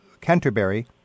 Canterbury